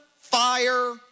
fire